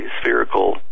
spherical